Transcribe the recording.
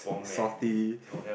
salty